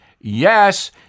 Yes